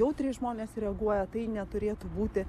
jautriai žmonės reaguoja tai neturėtų būti